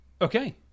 Okay